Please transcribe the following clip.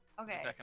Okay